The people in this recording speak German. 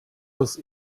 das